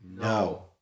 No